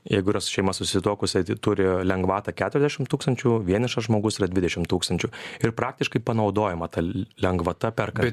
jeigu yra su šeima susituokusi tai turi lengvatą keturiasdešimt tūkstančių vienišas žmogus yra dvidešimt tūkstančių ir praktiškai panaudojama ta l lengvata perkant